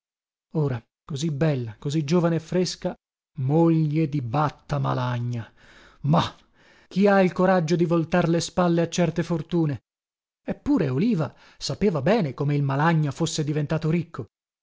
ora così bella così giovane e fresca moglie di batta malagna mah chi ha il coraggio di voltar le spalle a certe fortune eppure oliva sapeva bene come il malagna fosse diventato ricco